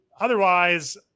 otherwise